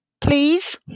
please